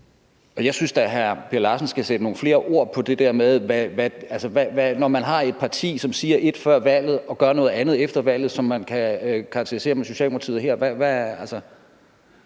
Jeg synes da, at hr. Per Larsen skal sætte nogle flere ord på det der med, at der er et parti, der siger ét før valget og gør noget andet efter valget, hvilket karakteriserer Socialdemokratiet her. Kan ordføreren